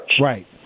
Right